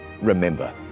remember